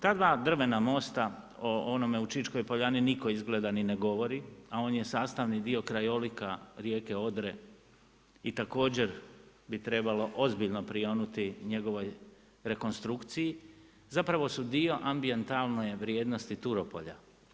Ta dva drvena mosta, o onome u Čičkoj Poljani nitko izgleda nitko niti ne govori, a on je sastavni dio krajolika rijeke Odre i također bi trebalo ozbiljno prionuti njegovoj rekonstrukciji, zapravo su dio ambijentalne vrijednosti Turopolja.